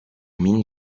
mines